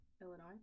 Illinois